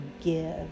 give